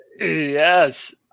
Yes